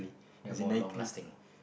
they are more long lasting